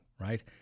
right